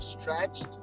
stretched